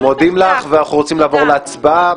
אנחנו מודים לך ורוצים לעבור להצבעה.